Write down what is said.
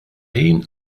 ħin